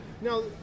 Now